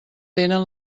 tenen